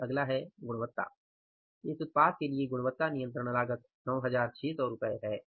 फिर अगला है गुणवत्ता इस उत्पाद के लिए गुणवत्ता नियंत्रण लागत 9600 है